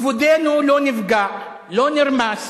כבודנו לא נפגע, לא נרמס,